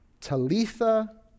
Talitha